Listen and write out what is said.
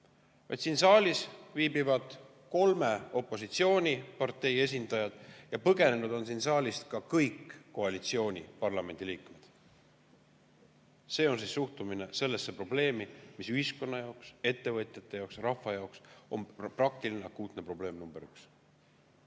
Siin saalis viibivad kolme opositsioonipartei esindajad ja põgenenud on siit ka kõik koalitsiooni parlamendiliikmed. See on siis suhtumine sellesse probleemi, mis ühiskonna jaoks, ettevõtjate jaoks ja rahva jaoks on praktiline akuutne probleem number üks. Üks